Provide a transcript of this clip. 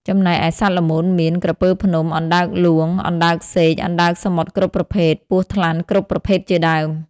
ចំណែឯសត្វល្មូនមាន ក្រពើភ្នំ , អណ្ដើកហ្លួង អណ្ដើកសេក អណ្ដើកសមុទ្រគ្រប់ប្រភេទ ពស់ថ្លាន់គ្រប់ប្រភេទជាដើម។